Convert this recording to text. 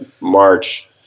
March